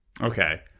Okay